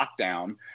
lockdown